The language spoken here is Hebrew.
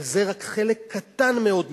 אבל זה רק חלק קטן מאוד מהחוק.